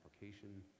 application